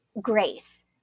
grace